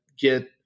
get